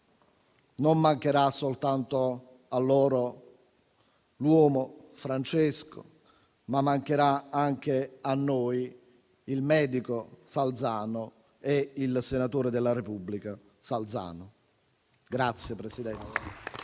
non mancherà soltanto a loro l'uomo, Francesco, ma mancherà anche a noi il medico e il senatore della Repubblica, Salzano.